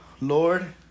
Lord